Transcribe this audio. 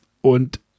und